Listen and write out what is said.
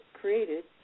created